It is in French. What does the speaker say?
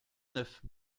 neuf